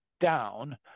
down